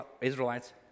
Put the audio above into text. Israelites